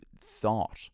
thought